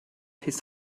his